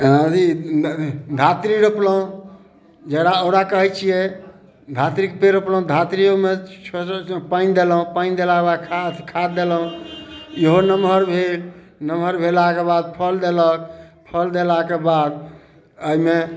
हँ अथी धात्री रोपलहुँ जकरा ओकरा कहय छियै धातृक पेड़ रोपलहुँ धात्रियोमे छोटा पानि देलहुँ पानि देलाके बाद खाद खाद देलहुँ इहो नमहर भेल नमहर भेलाके बाद फल देलक फल देलाके बाद अइमे